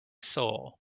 soul